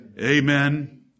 Amen